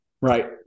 Right